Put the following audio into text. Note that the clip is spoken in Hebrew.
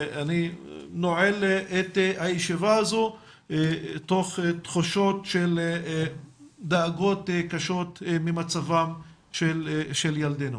אני נועל את הישיבה הזאת תוך תחושות של דאגות קשות ממצבם של ילדינו.